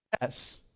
yes